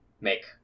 make